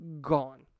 Gone